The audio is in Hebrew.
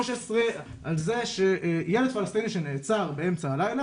על זה שילד פלסטיני שנעצר באמצע הלילה,